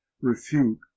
refute